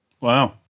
Wow